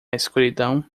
escuridão